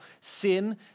sin